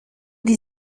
die